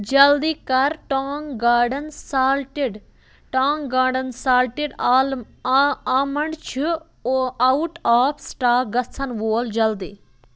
جلدی کَر Tong Garden salted Tong Garden salted آلم آ آمنٛڈ چھُ اوٚ آوُٹ آف سِٹاک گژھن وول جلدی